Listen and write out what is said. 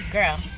Girl